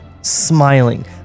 smiling